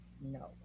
No